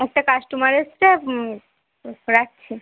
একটা কাস্টমার এসেছে রাখছি